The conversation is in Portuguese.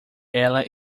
ela